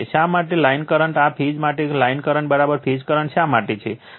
શા માટે line current આ ફેઝ માટે લાઇન કરંટ ફેઝ કરંટ શા માટે છે